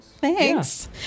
Thanks